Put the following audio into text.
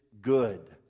good